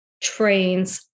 trains